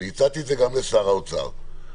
והצעתי זאת גם לשר האוצר.